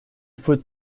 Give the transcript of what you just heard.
faut